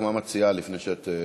רק מה את מציעה לפני שאת,